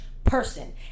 Person